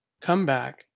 comeback